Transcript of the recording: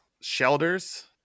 shelters